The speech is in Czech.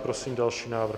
Prosím další návrh.